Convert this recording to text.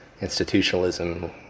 institutionalism